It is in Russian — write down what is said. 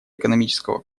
экономического